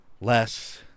less